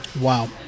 Wow